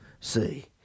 see